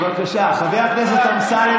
חבר הכנסת אמסלם,